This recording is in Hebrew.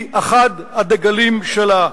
היא אחד הדגלים שלו.